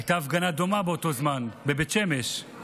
הייתה הפגנה דומה באותו זמן בבית שמש,